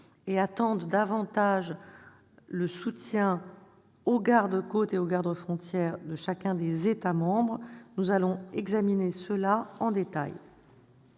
et souhaiteraient plutôt un soutien accru aux gardes-côtes et aux gardes-frontières de chacun des États membres. Nous allons examiner cela en détail.